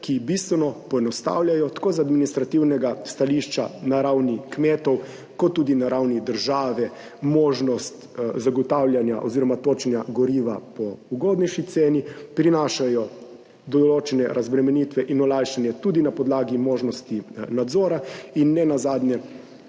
ki bistveno poenostavljajo tako z administrativnega stališča na ravni kmetov kot tudi na ravni države možnost zagotavljanja oziroma točenja goriva po ugodnejši ceni, prinašajo določene razbremenitve in olajšanje tudi na podlagi možnosti nadzora in nenazadnje